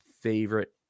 favorite